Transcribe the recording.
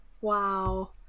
Wow